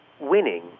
winning